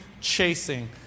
chasing